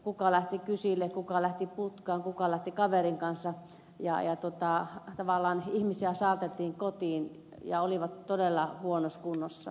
kuka lähti kysille kuka lähti putkaan kuka lähti kaverin kanssa ja tavallaan ihmisiä saateltiin kotiin ja he olivat todella huonossa kunnossa